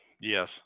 yes